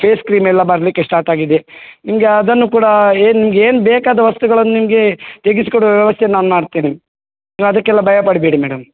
face cream ಎಲ್ಲ ಬರಲಿಕ್ಕೆ start ಆಗಿದೆ ನಿಮಗೆ ಅದನ್ನು ಕೂಡ ಏನು ನಿಮಗೆ ಏನು ಬೇಕಾದ ವಸ್ತುಗಳನ್ನು ನಿಮಗೆ ತೆಗಿಸಿಕೊಡುವ ವ್ಯವಸ್ಥೆ ನಾನು ಮಾಡ್ತೇನೆ ನೀವು ಅದಕ್ಕೆಲ್ಲ ಭಯ ಪಡಬೇಡಿ ಮೇಡಮ್